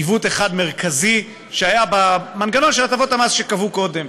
עיוות אחד מרכזי שהיה במנגנון של הטבות המס שקבעו קודם.